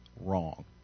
wrong